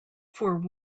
fore